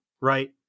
right